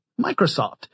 Microsoft